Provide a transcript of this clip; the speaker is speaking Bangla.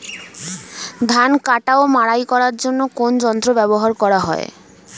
ধান কাটা ও মাড়াই করার জন্য কোন যন্ত্র ব্যবহার করা হয়?